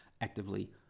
actively